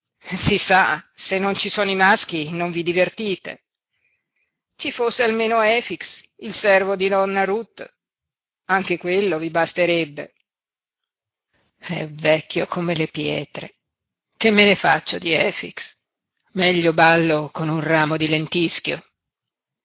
si sa se non ci sono maschi non vi divertite ci fosse almeno efix il servo di donna ruth anche quello vi basterebbe è vecchio come le pietre che me ne faccio di efix meglio bello con un ramo di lentischio